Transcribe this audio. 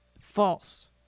False